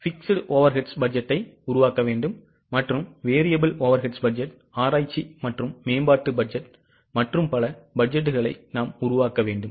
fixed overheads பட்ஜெட்டை நாம் செய்ய வேண்டும் variable overheads பட்ஜெட் ஆராய்ச்சி மற்றும் மேம்பாட்டு பட்ஜெட் மற்றும் பல பட்ஜெட்டை உருவாக்க வேண்டும்